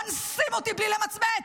אונסים אותי בלי למצמץ,